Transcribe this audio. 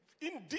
indeed